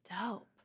Dope